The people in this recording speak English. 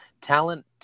talent